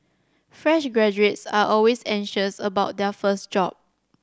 fresh graduates are always anxious about their first job